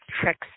Trick's